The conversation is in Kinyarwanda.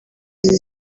izi